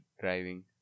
driving